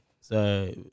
So-